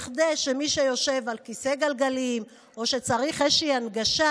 כשמי שיושב על כיסא גלגלים או צריך איזושהי הנגשה,